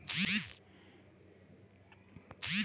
वित्त देखील बर्याच श्रेणींमध्ये वेगळे केले जाते